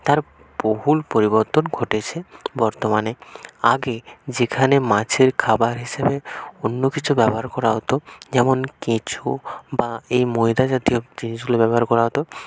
তার বহুল পরিবর্তন ঘটেছে বর্তমানে আগে যেখানে মাছের খাবার হিসাবে অন্য কিছু ব্যবহার করা হতো যেমন কেঁচো বা এই ময়দা জাতীয় জিনিসগুলো ব্যবহার করা হতো